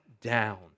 down